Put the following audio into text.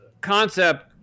concept